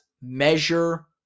measure